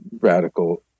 radical